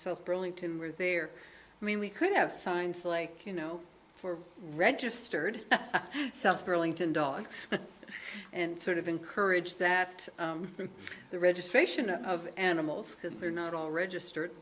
south burlington were there i mean we could have signs like you know for registered south burlington dogs and sort of encourage that the registration of animals because they're not all registered